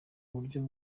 uburyo